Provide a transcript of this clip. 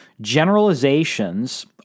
Generalizations